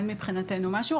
אין מבחינתנו משהו,